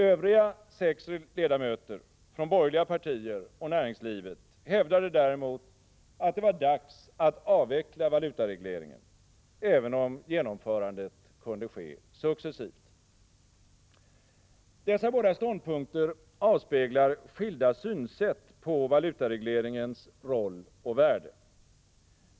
Övriga sex ledamöter från borgerliga partier och näringslivet hävdade däremot, att det var dags att avveckla valutaregleringen, även om genomförandet kunde ske successivt. Dessa båda ståndpunkter avspeglar skilda synsätt på valutaregleringens roll och värde.